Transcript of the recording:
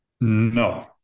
no